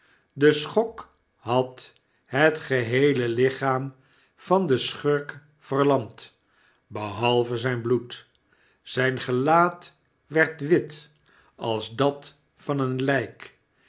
de schok had het geheele lichaam van den schurk verlamd behalve zyn bloed zyn gelaat werd wit als dat vaneenlijk de